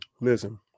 Listen